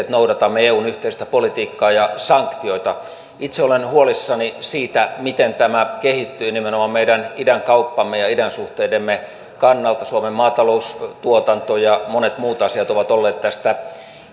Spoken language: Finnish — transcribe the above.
siihen että noudatamme eun yhteistä politiikkaa ja sanktioita itse olen huolissani siitä miten tämä kehittyy nimenomaan meidän idänkauppamme ja idänsuhteidemme kannalta suomen maataloustuotanto ja monet muut asiat ovat olleet tästä